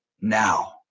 now